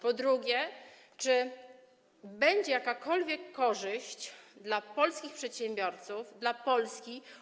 Po drugie, czy będzie z tego jakakolwiek korzyść dla polskich przedsiębiorców, dla Polski?